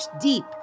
deep